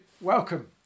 welcome